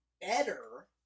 better